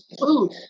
food